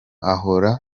ahora